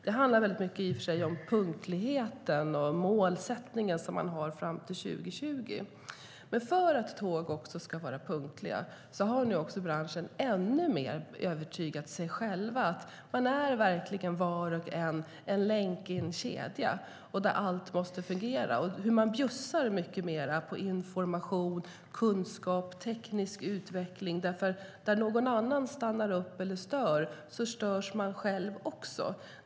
Det handlar i och för sig mycket om punktligheten och målsättningen som man har fram till 2020, men för att tåg ska vara punktliga har branschen nu ännu mer övertygat sig själv om att man var och en verkligen är en länk i en kedja. Allt måste fungera. Man bjussar mycket mer på information, kunskap och teknisk utveckling. Där någon annan stannar upp eller stör så störs man själv också.